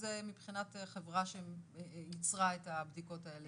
זה מבחינת חברה שייצרה את הבדיקות האלה?